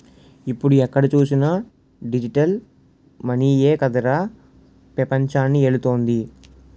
ఇప్పుడు ఎక్కడ చూసినా డిజిటల్ మనీయే కదరా పెపంచాన్ని ఏలుతోంది